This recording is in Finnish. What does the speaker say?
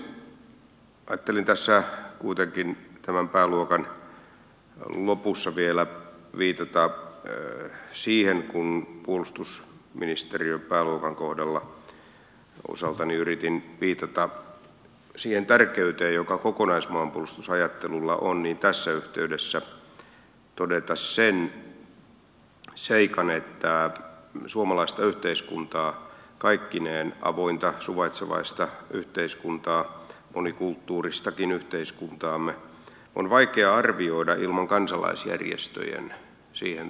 ajattelin tässä kuitenkin tämän pääluokan lopussa vielä viitata siihen kun puolustusministeriön pääluokan kohdalla osaltani yritin viitata siihen tärkeyteen joka kokonaismaanpuolustusajattelulla on ja tässä yhteydessä todeta sen seikan että suomalaista yhteiskuntaa kaikkineen avointa suvaitsevaista yhteiskuntaa monikulttuuristakin yhteiskuntaamme on vaikea arvioida ilman kansalaisjärjestöjen siihen tuomaa panosta